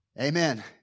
Amen